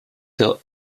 der